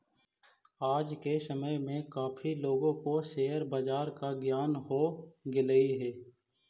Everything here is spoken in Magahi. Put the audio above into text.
आज के समय में काफी लोगों को शेयर बाजार का ज्ञान हो गेलई हे